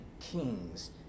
kings